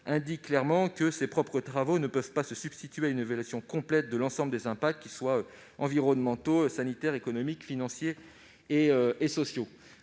indique clairement que ses propres travaux ne peuvent se substituer à une évaluation complète de l'ensemble des impacts, qu'ils soient environnementaux, sanitaires, économiques, financiers ou sociaux.